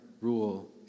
rule